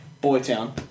Boytown